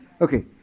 Okay